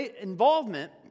involvement